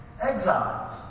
Exiles